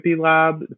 lab